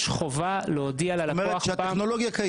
יש חובה להודיע ללקוח.